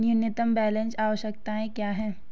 न्यूनतम बैलेंस आवश्यकताएं क्या हैं?